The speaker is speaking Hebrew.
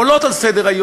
עולות על סדר-היום,